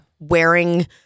wearing